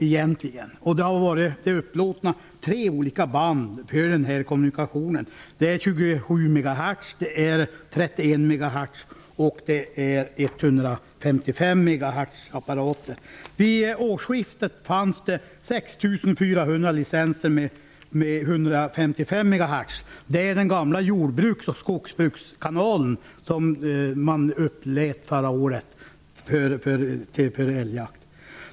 Tre olika band har varit upplåtna för kommunikation -- apparater på 27 MHz-band, 31 MHz-band och 155 MHzband. Vid årsskiftet fanns det 6 400 licenser för 155 MHzband. Det är den gamla jordbruks och skogsbrukskanalen som uppläts förra året.